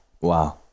wow